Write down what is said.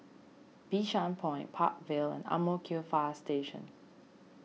Bishan Point Park Vale and Ang Mo Kio Fire Station